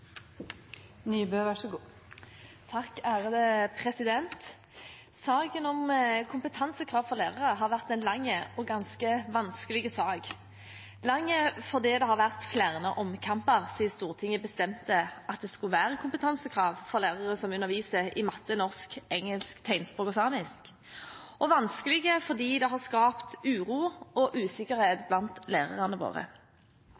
vært en lang og ganske vanskelig sak – lang fordi det har vært flere omkamper siden Stortinget bestemte at det skulle være kompetansekrav for lærere som underviser i matte, norsk, engelsk, tegnspråk og samisk, og vanskelig fordi den har skapt uro og